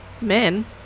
men